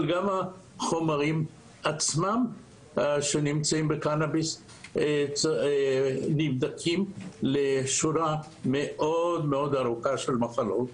אבל גם החומרים שנמצאים בקנביס נבדקים לשורה מאוד מאוד ארוכה של מחלות.